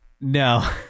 No